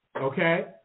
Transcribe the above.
Okay